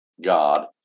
God